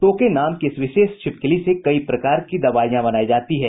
टोके नाम की इस विशेष छिपकली से कई प्रकार की दवाईयां बनायी जाती हैं